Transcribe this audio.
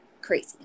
crazy